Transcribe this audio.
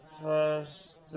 first